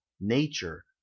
Nature